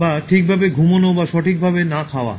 বা ঠিকভাবে ঘুমানো বা সঠিকভাবে না খাওয়া